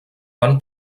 van